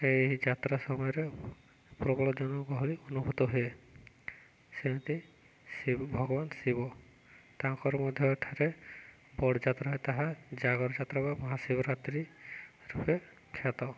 ଏହି ଯାତ୍ରା ସମୟରେ ପ୍ରବଳ ଜନଗହଳି ଅନୁଭୂତ ହୁଏ ସେମିତି ଶିବ ଭଗବାନ ଶିବ ତାଙ୍କର ମଧ୍ୟ ଏଠାରେ ବଡ଼ଯାତ୍ରା ତାହା ଜାଗର ଯାତ୍ରା ବା ମହାଶିବରାତ୍ରି ରୁହେ ଖ୍ୟାତ